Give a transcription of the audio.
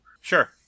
Sure